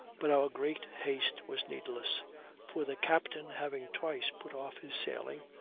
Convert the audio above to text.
but our great haste was needless for the captain having twice put off his sailing,